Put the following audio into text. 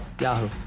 Yahoo